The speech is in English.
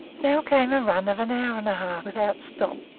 now came a run of an hour and a half without stop,